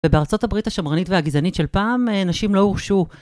ובארצות הברית השמרנית והגזענית של פעם, נשים לא הורשו.